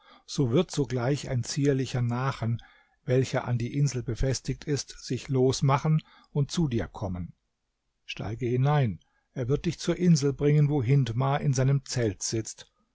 so wird sogleich ein zierlicher nachen welcher an die insel befestigt ist sich losmachen und zu dir kommen steige hinein er wird dich zur insel bringen wo hindmar in seinem zelt sitzt